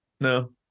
No